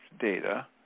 data